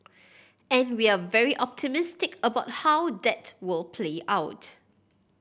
and we're very optimistic about how that will play out